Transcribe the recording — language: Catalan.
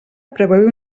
preveu